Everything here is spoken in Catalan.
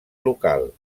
local